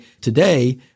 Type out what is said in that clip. today